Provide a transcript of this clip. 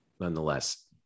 nonetheless